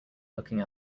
looking